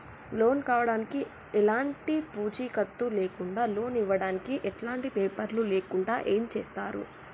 Loan కావడానికి ఎలాంటి పూచీకత్తు లేకుండా లోన్ ఇవ్వడానికి ఎలాంటి పేపర్లు లేకుండా ఏం చేస్తారు?